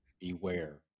Beware